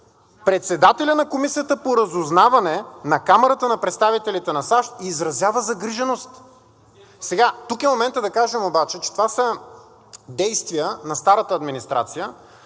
председателят на Комисията по разузнаване на Камарата на представителите на САЩ изразява загриженост! Сега, тук е моментът да кажем обаче, че това са действия на старата администрация,